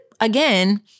again